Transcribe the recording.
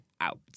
out